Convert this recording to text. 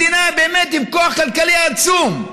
מדינה עם כוח כלכלי באמת עצום,